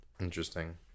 Interesting